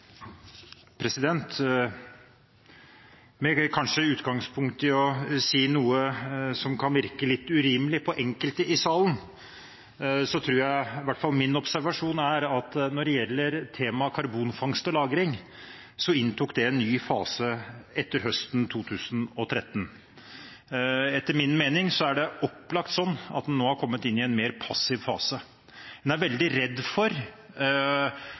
Med utgangspunkt i kanskje å kunne komme til å si noe som kan virke litt urimelig på enkelte i salen, tror jeg – i hvert fall er det min observasjon – at når det gjelder temaet karbonfangst og -lagring, inntok det en ny fase etter høsten 2013. Etter min mening er det opplagt sånn at en nå er kommet inn i en mer passiv fase. En er veldig redd for